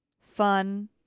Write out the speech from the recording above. fun